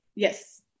Yes